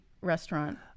Restaurant